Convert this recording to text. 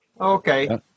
Okay